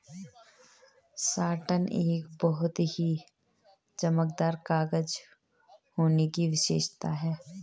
satin एक बहुत ही चमकदार कागज होने की विशेषता है